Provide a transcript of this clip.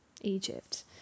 Egypt